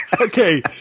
Okay